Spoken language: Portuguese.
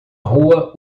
rua